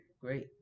Great